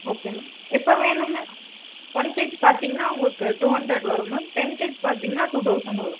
okay ma'am எப்போ வேணும் ma'am one KG பார்த்தீங்கனா உங்களுக்கு டூ ஹண்ட்ரேட் வரும் மேம் டென் கேஜி பார்த்தீங்கனா டூ தௌசண்ட் வரும்